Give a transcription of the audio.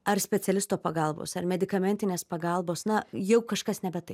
ar specialisto pagalbos ar medikamentinės pagalbos na jau kažkas nebe taip